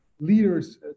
leaders